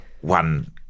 one